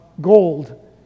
gold